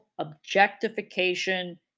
Objectification